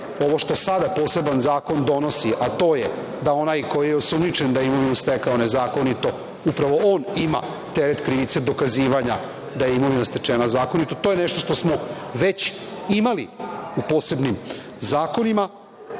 ovo što sada poseban zakon donosi, a to je da onaj ko je osumnjičen da je imovinu stekao nezakonito upravo on ima teret krivice dokazivanja da je imovina stečena zakonito. To je nešto što smo već imali u posebnim zakonima